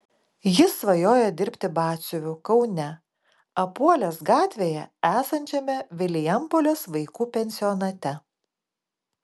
jis svajoja dirbti batsiuviu kaune apuolės gatvėje esančiame vilijampolės vaikų pensionate